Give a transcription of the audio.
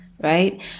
right